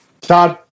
Todd